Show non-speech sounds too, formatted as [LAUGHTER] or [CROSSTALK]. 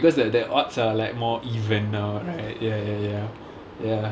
[NOISE] oh okay okay okay because that that what's uh like more even now right ya ya ya ya